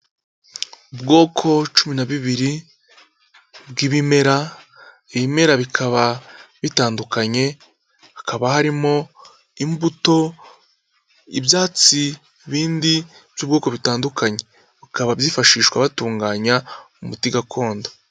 Ubwoko cumi na bibiri bw'ibimera, ibimera bikaba bitandukanye, hakaba harimo imbuto, ibyatsi bindi by'ubwoko butandukanye, bikaba byifashishwa batunganya umuti gakondo.